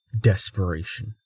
Desperation